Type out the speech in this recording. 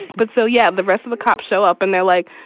but so, yeah, the rest of the cops show up and they're like,